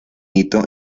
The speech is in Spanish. hito